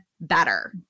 better